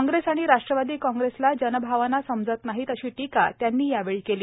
कांग्रेस आणि राष्ट्रवादी कांग्रेसला जनभावना समजत नाहीत अशी टीका त्यांनी यावेळी केली